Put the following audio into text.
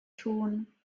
tun